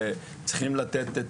וצריכים לתת את